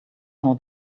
how